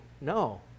No